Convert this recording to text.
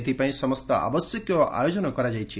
ଏଥିପାଇଁ ସମସ୍ତ ଆବଶ୍ୟକୀୟ ଆୟୋଜନ କରାଯାଇଛି